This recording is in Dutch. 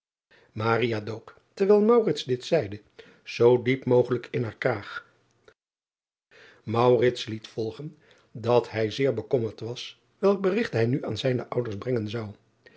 terwijl dit zeide zoo diep moglijk in haar kraag liet volgen dat hij zeer bekommerd was driaan oosjes zn et leven van aurits ijnslager welk berigt hij nu aan zijne ouders brengen zou